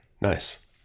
Nice